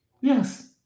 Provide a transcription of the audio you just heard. yes